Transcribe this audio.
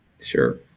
Sure